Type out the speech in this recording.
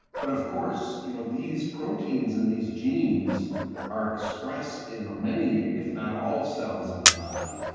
but of course you know these proteins and these genes are expressed in many if not all cells in the body,